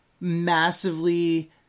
massively